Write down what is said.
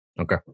okay